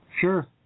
Sure